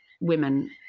women